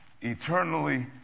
Eternally